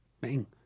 bang